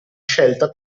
scelta